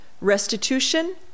restitution